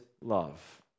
love